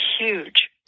huge